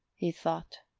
he thought,